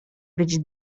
być